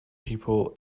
people